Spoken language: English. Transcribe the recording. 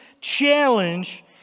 challenge